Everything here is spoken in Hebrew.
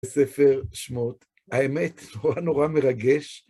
ספר שמות. האמת נורא נורא מרגש.